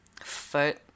Foot